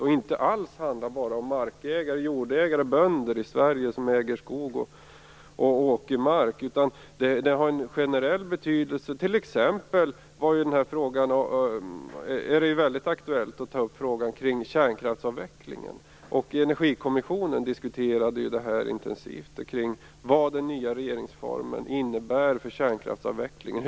Det handlar inte alls bara om markägare, jordägare och bönder i Sverige som äger skog och åkermark, utan det är av generell betydelse. T.ex. är det ju väldigt aktuellt att ta upp frågan kring kärnkraftsavvecklingen. Energikommissionen har ju intensivt diskuterat vad den nya regeringsformen innebär för kärnkraftsavvecklingen.